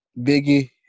Biggie